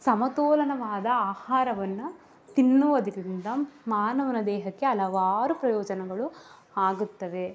ಸಮತೋಲನವಾದ ಆಹಾರವನ್ನು ತಿನ್ನುವುದರಿಂದ ಮಾನವನ ದೇಹಕ್ಕೆ ಹಲವಾರು ಪ್ರಯೋಜನಗಳು ಆಗುತ್ತವೆ